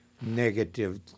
negative